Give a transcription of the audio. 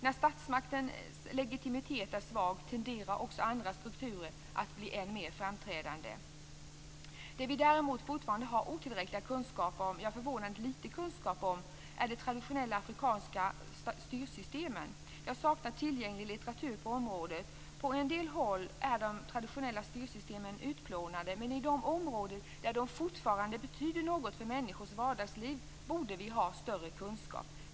När statsmaktens legitimitet är svag tenderar också andra strukturer att bli än mer framträdande. Det vi däremot fortfarande har otillräckliga - ja, förvånande litet - kunskaper om är de traditionella afrikanska styrsystemen. Jag saknar tillgänglig litteratur på området. På en del håll är de traditionella styrsystemen utplånade, men i de områden där de fortfarande betyder något för människors vardagsliv borde vi ha större kunskap.